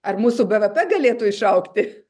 ar mūsų bvp galėtų išaugti